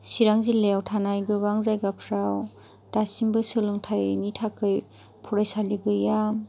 चिरां जिल्लायाव थानाय गोबां जायगाफ्राव दासिमबो सोलोंथाइनि थाखाय फरायसालि गैया